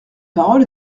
parole